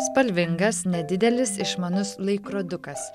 spalvingas nedidelis išmanus laikrodukas